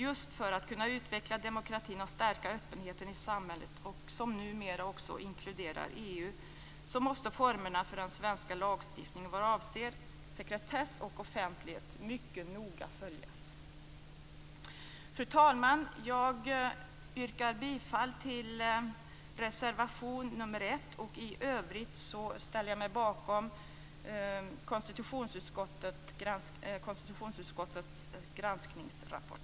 Just för att kunna utveckla demokratin och stärka öppenheten i samhället, som numera också inkluderar EU, måste formerna för den svenska lagstiftningen vad avser sekretess och offentlighet mycket noga följas. Fru talman! Jag yrkar på godkännande av anmälan i reservation nr 1, och i övrigt ställer jag mig bakom konstitutionsutskottets granskningsrapport.